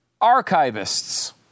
archivists